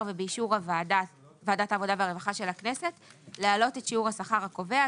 ובאישור ועדת העבודה והרווחה של הכנסת להעלות את שיעור השכר הקובע,